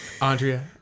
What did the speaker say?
Andrea